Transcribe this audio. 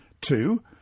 Two